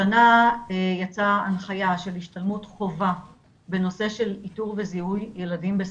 השנה יצאה הנחיה של השתלמות חובה בנושא של איתור וזיהוי ילדים בסיכון.